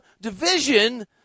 division –